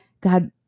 God